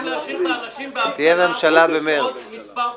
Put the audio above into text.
רוצים להשאיר את האנשים באוויר עוד מספר חודשים.